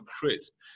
crisp